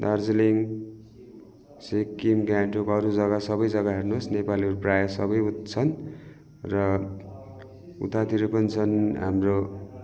दार्जिलिङ सिक्किम गान्तोक अरू जग्गा सबै जग्गा हेर्नुहोस् नेपालीहरू प्रायः सबै उ छन् र उतातिर पनि छन् हाम्रो